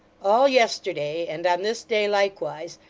all yesterday, and on this day likewise,